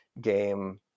game